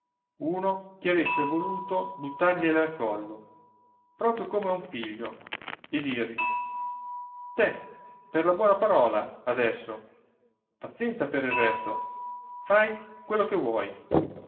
uno che avesse voluto buttargliele al collo proprio come a un figlio e dirgli te per la buona parola adesso pazienza il resto fai quello che vuoi